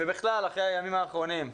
ובכלל אחרי הימים האחרונים,